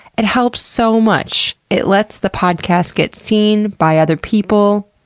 it helps so much. it lets the podcast get seen by other people.